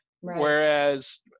whereas